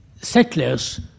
settlers